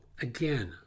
again